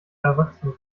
erwachsene